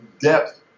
depth